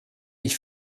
ich